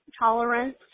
tolerance